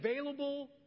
available